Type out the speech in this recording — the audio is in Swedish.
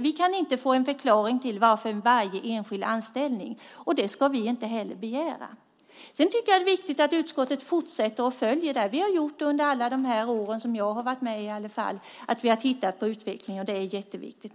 Vi kanske inte kan få en förklaring till varje enskild anställning. Det ska vi inte heller begära. Men jag tycker att det är viktigt att utskottet fortsätter att följa detta. Det har vi gjort under alla de år som jag har varit med i alla fall; vi har tittat på utvecklingen. Det är jätteviktigt.